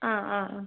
ആ ആ ആ